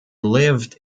lived